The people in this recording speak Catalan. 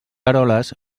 eroles